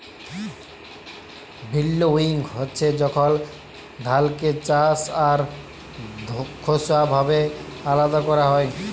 ভিল্লউইং হছে যখল ধালকে চাল আর খোসা ভাবে আলাদা ক্যরা হ্যয়